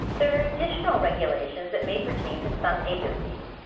there are additional regulations that may pertain to some agencies.